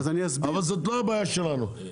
אבל זאת לא הבעיה שלנו.